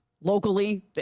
locally